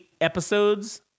episodes